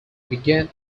began